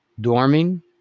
dorming